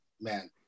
man